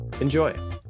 Enjoy